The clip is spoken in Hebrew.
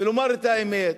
ולומר את האמת.